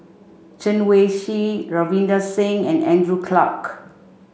Chen Wen Hsi Ravinder Singh and Andrew Clarke